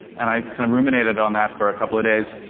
and i kind of ruminated on that for a couple of days.